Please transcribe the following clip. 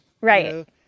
Right